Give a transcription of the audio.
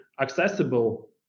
accessible